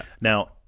Now